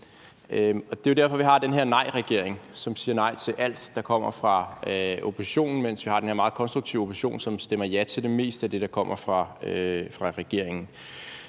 Det er jo derfor, vi har den her nejregering, som siger nej til alt, der kommer fra oppositionen, mens vi har den her meget konstruktive opposition, som stemmer ja til det meste af det, der kommer fra regeringen.